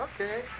Okay